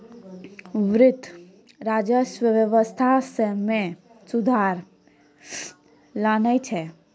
वित्त, राजस्व व्यवस्था मे सुधार लानै छै